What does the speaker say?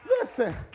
listen